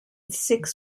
six